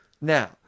now